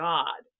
God